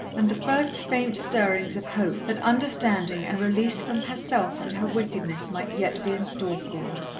and the first faint stirrings of hope that understanding and release from herself and her wickedness might yet be in store for her.